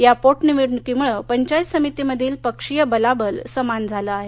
या पोटनिवडणुकीमुळे पंचायत समिती मधील पक्षीय बलाबल समान झाले आहे